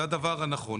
זה הדבר הנכון.